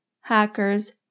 hackers